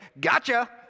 Gotcha